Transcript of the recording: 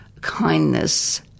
kindness